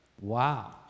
Wow